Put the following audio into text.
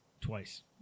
twice